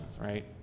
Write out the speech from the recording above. right